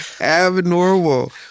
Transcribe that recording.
abnormal